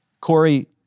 Corey